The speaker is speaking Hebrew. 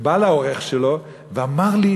ובא לעורך שלו ואמר לו: